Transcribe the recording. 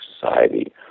society